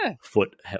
foot